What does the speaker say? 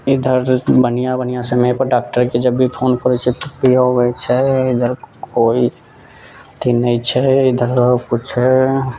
इधर बन्हिआँ बन्हिआँ समयपर डॉक्टरके जब भी फोन करै छियै तब भी अबै छै इधर कोइ अथी नहि छै इधर सब किछु छै